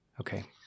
Okay